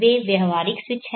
वे व्यावहारिक स्विच हैं